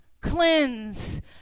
cleanse